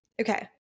Okay